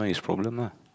problem lah